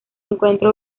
encuentra